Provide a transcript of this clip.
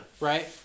Right